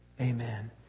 Amen